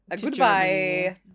goodbye